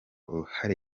uruhare